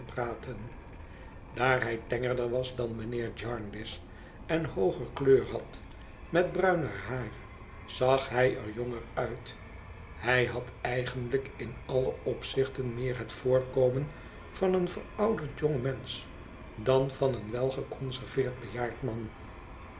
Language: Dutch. daar hij tengerder was dan mijnheer jarndyce en hooger kleur had met bruiner haar zag hij er jonger uit hij had eigenlijk in alle opzichten meer het voorkomen van een verouderd jongmensch dan van een wel geconserveerd bejaard man